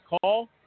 call